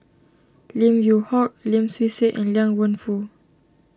Lim Yew Hock Lim Swee Say and Liang Wenfu